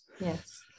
Yes